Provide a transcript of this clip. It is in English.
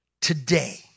today